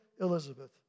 Elizabeth